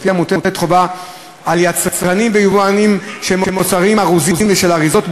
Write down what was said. שלפיו מוטלת חובה על יצרנים ויבואנים של מוצרים ארוזים ושל אריזות,